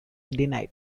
denied